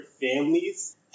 families